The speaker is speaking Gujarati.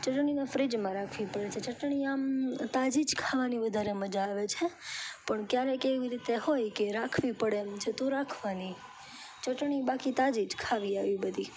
ચટણીને ફ્રીજમાં રાખવી પડે છે ચટણી આમ તાજી જ ખાવાની વધારે મજા આવે છે પણ ક્યારે એવી રીતે હોય કે રાખવી પડે એમ છે તો રાખવાની ચટણી બાકી તાજી જ ખાવી આવી બધી